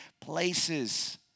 places